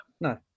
No